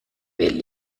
will